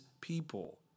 people